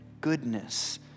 goodness